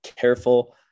careful